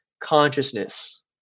consciousness